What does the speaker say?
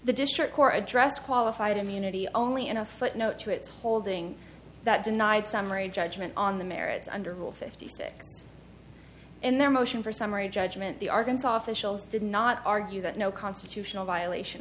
the district court addressed qualified immunity only in a footnote to its holding that denied summary judgment on the merits under rule fifty six in their motion for summary judgment the arkansas officials did not argue that no constitutional violation